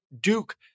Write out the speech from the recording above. Duke